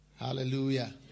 Hallelujah